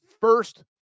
first